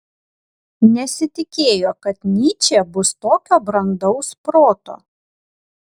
nesitikėjo kad nyčė bus tokio brandaus proto